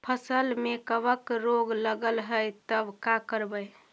फसल में कबक रोग लगल है तब का करबै